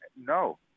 No